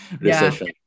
recession